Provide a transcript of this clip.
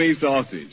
sausage